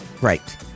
Right